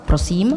Prosím.